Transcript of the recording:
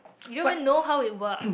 we don't even know how it works